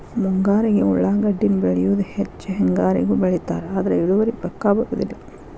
ಮುಂಗಾರಿಗೆ ಉಳಾಗಡ್ಡಿನ ಬೆಳಿಯುದ ಹೆಚ್ಚ ಹೆಂಗಾರಿಗೂ ಬೆಳಿತಾರ ಆದ್ರ ಇಳುವರಿ ಪಕ್ಕಾ ಬರುದಿಲ್ಲ